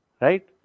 Right